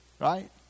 right